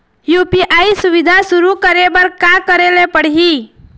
UPI सुविधा शुरू करे बर का करे ले पड़ही?